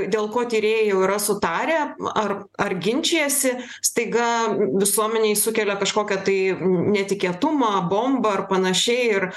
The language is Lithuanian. dėl ko tyrėjai jau yra sutarę ar ar ginčijasi staiga visuomenei sukelia kažkokią tai netikėtumą bombą ar panašiai ir